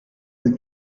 sein